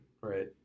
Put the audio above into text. Right